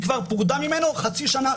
היא כבר פרודה ממנו חצי שנה,